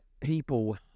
People